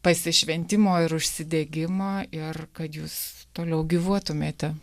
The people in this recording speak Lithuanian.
pasišventimo ir užsidegimo ir kad jūs toliau gyvuotumėte